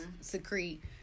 secrete